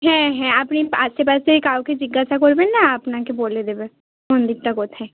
হ্যাঁ হ্যাঁ আপনি আশেপাশে থেকে কাউকে জিজ্ঞাসা করবেন না আপনাকে বলে দেবে মন্দিরটা কোথায়